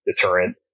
deterrent